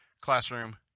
classroom